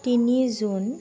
তিনি জুন